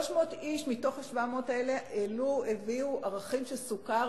300 איש מתוך ה-700 האלה הביאו ערכים של סוכר,